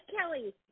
Kelly